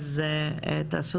אז תשתדלו